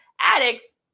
addicts